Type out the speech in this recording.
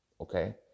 okay